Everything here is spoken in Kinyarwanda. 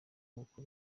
nk’uko